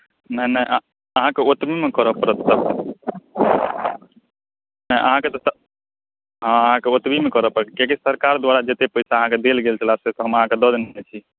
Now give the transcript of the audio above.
नहि नहि अहाँके ओतबीमे करय पड़त वर्क नहि अहाँकेँ तऽ अहाँकेँ ओतबीमे करय पड़त कियाकि सरकार द्वारा जतेक पैसा अहाँकेँ देल गेल छले से तऽ हम अहाँकेँ दऽ देने छी